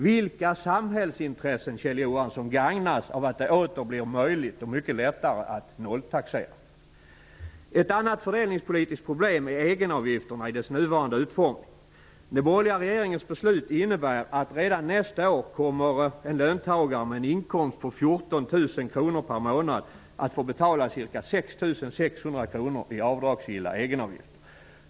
Vilka samhällsintressen, Kjell Johansson, gagnas av att det åter blir möjligt, eller snarare lättare, att nolltaxera? Ett annat fördelningspolitiskt problem är egenavgifterna i dess nuvarande utformning. Den borgerliga regeringens beslut innebär att en löntagare med en inkomst på 14 000 kr per månad redan nästa år kommer att få betala ca 6 600 kr i avdragsgilla egenavgifter.